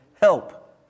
help